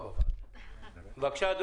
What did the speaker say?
בבקשה,